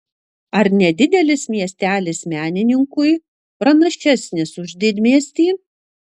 ar nedidelis miestelis menininkui pranašesnis už didmiestį